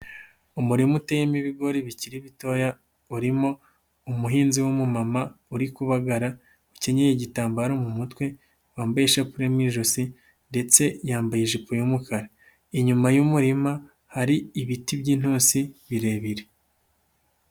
Umurima uteyemo ibigori bikiri bitoya, urimo umuhinzi w'umumama uri kubagara, ukenyeye igitambaro mu mutwe wambaye ishapule y'ijosi, ndetse yambaye ijipo y'umukara. Inyuma y'umurima hari ibiti b'yintusi birebire.